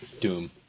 Doom